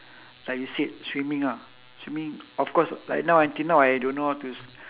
like you said swimming ah swimming of course like now until now I don't know how to